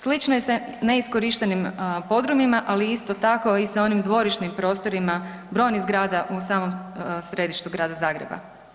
Slično je sa neiskorištenim podrumima, ali isto tako i sa onim dvorišnim prostorima brojnih zgrada u samom središtu Grada Zagreba.